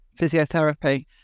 physiotherapy